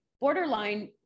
borderline